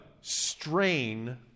strain